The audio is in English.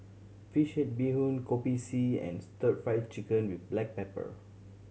fish head bee hoon Kopi C and Stir Fried Chicken with black pepper